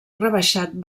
rebaixat